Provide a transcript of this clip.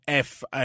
FA